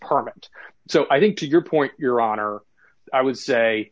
permanent so i think to your point your honor i would say